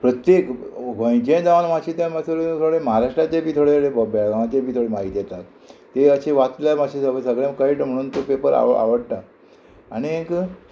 प्रत्येक गोंयचे जावन मातशे ते मात महाराष्ट्राचे बी थोडे बेळगांवचे बी थोडी म्हायती येता ती अशी वाचल्यार मात्शें सगळें कळटा म्हणून तो पेपर हांव आवडटा आनीक